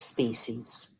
species